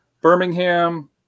Birmingham